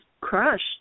crushed